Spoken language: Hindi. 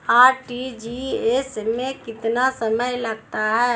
आर.टी.जी.एस में कितना समय लगता है?